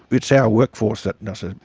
it's our workforce that does it.